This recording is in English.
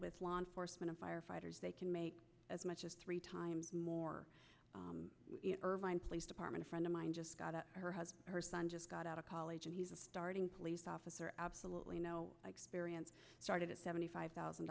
with law enforcement firefighters they can make as much as three times more irvine police department a friend of mine just got her has her son just got out of college and he's a starting police officer absolutely no experience started at seventy five thousand